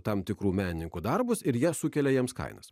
tam tikrų menininkų darbus ir jie sukelia jiems kainos